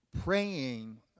praying